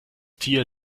tier